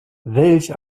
welch